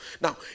Now